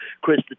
Chris